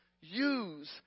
use